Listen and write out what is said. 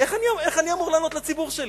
איך אני אמור לענות לציבור שלי?